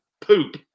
poop